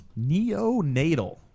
Neonatal